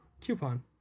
Coupon